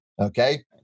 Okay